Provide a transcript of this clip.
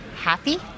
happy